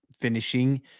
finishing